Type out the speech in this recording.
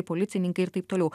policininkai ir taip toliau